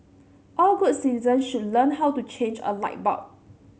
all good citizens should learn how to change a light bulb